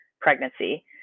pregnancy